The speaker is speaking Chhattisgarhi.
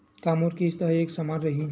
का मोर किस्त ह एक समान रही?